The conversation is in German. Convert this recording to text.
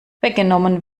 weggenommen